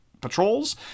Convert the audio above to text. patrols